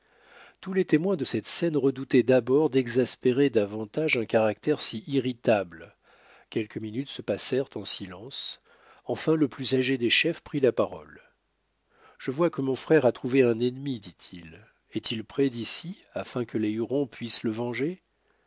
tous les témoins de cette scène redoutaient d'abord d'exaspérer davantage un caractère si irritable quelques minutes se passèrent en silence enfin le plus âgé des chefs prit la parole je vois que mon frère a trouvé un ennemi dit-il est-il près d'ici afin que les hurons puissent le venger